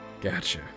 Gotcha